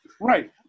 right